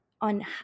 on